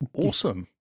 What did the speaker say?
Awesome